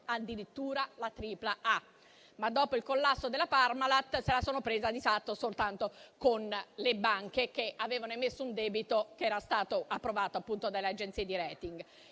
addirittura la tripla A. Dopo il collasso della Parmalat se la sono presa, di fatto, soltanto con le banche, che avevano emesso un debito, che era stato approvato appunto delle agenzie di *rating*.